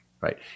right